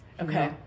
Okay